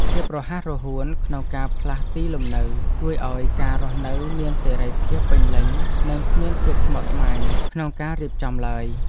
ភាពរហ័សរហួនក្នុងការផ្លាស់ទីលំនៅជួយឱ្យការរស់នៅមានសេរីភាពពេញលេញនិងគ្មានភាពស្មុគស្មាញក្នុងការរៀបចំឡើយ។